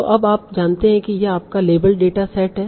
तो अब आप जानते हैं कि यह आपका लेबल्ड डेटा सेट है